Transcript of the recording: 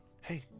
Hey